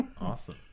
Awesome